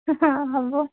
অ হ'ব